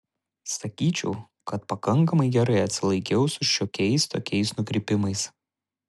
sakyčiau kad pakankamai gerai atsilaikiau su šiokiais tokiais nukrypimais